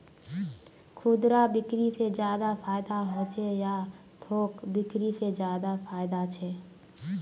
खुदरा बिक्री से ज्यादा फायदा होचे या थोक बिक्री से ज्यादा फायदा छे?